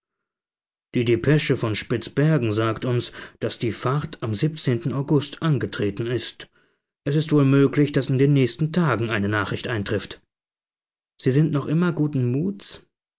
die depesche von spitzbergen sagt uns daß die fahrt am august angetreten ist es ist wohl möglich daß in den nächsten tagen eine nachricht eintrifft sie sind noch immer guten muts